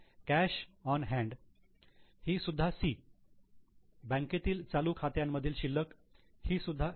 cash on hand ही सुद्धा 'C' बँकेतील चालू खात्यांमधील शिल्लक ही सुद्धा 'C'